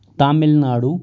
Tamil Nadu